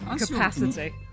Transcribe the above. capacity